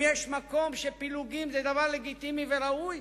אם יש מקום שבו הדבר לגיטימי וראוי,